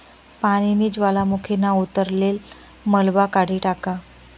पानीनी ज्वालामुखीना उतरलेल मलबा काढी टाका